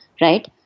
right